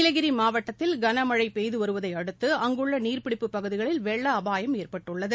நீலகிரி மாவட்டத்தில் கனமழை பெய்து வருவதையடுத்து அங்குள்ள நீர்ப்பிடிப்பு பகுதிகளில் வெள்ள அபாயம் ஏற்பட்டுள்ளது